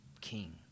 king